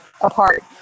apart